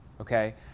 okay